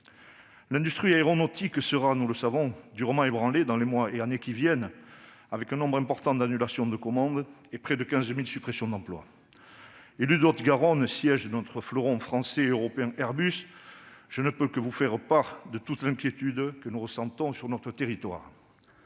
L'industrie aéronautique sera, nous le savons, durement ébranlée dans les mois et années à venir avec un nombre important d'annulations de commandes et près de 15 000 suppressions d'emplois. Élu de Haute-Garonne, siège de notre fleuron français et européen Airbus, je ne peux que vous faire part de toute l'inquiétude que nous ressentons sur notre territoire.